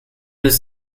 was